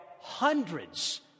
hundreds